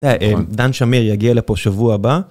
דן שמיר יגיע לפה שבוע הבא.